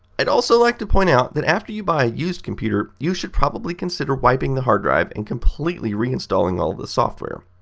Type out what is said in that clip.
i'd also like to point out that after you buy a used computer, you should probably consider wiping the hard drive and completely re-installing all of the software.